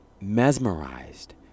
mesmerized